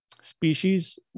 species